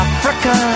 Africa